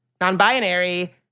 non-binary